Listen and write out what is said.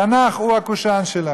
התנ"ך הוא הקושאן שלנו.